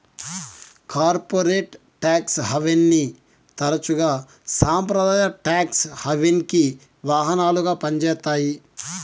corporate tax హావెన్ని తరచుగా సంప్రదాయ టాక్స్ హావెన్కి వాహనాలుగా పంజేత్తాయి